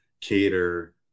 cater